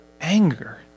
anger